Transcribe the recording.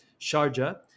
Sharjah